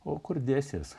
o kur dėsiesi